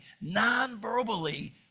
non-verbally